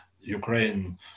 Ukraine